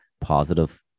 positive